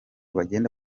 bagenda